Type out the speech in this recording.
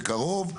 בקרוב.